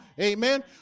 amen